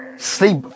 Sleep